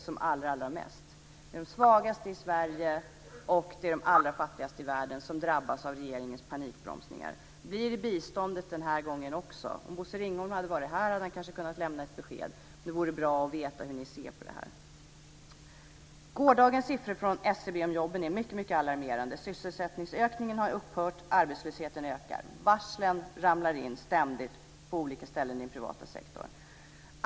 Det är de svagaste i Sverige och de allra fattigaste i världen som drabbas av regeringens panikbromsningar. Blir det biståndet den här gången också? Om Bosse Ringholm hade varit här hade han kanske kunnat lämna ett besked. Det vore bra att veta hur ni ser på det här. Gårdagens siffror från SCB om jobben är mycket alarmerande. Sysselsättningsökningen har upphört, och arbetslösheten ökar. Varslen ramlar ständigt in på olika ställen i den privata sektorn.